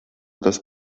tas